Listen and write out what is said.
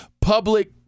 public